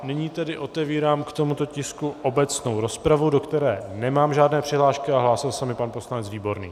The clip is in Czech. Nyní tedy otevírám k tomuto tisku obecnou rozpravu, do které nemám žádné přihlášky, a hlásil se mi pan poslanec Výborný.